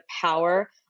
power